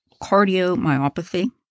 cardiomyopathy